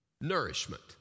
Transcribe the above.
nourishment